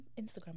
Instagram